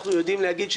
אנחנו יודעים להגיד,